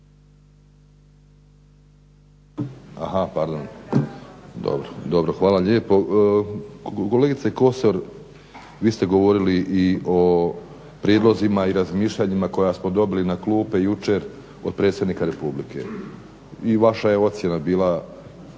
Aha, pardon. Dobro. Hvala lijepo. Kolegice Kosor vi ste govorili i o prijedlozima i razmišljanjima koja smo dobili na klupe jučer od predsjednika Republike i vaša je ocjena bila